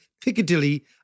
Piccadilly